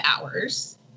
hours